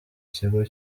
kigo